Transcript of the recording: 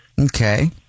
Okay